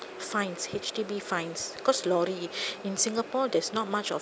fines H_D_B fines because lorry in singapore there's not much of